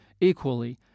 equally